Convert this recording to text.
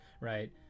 right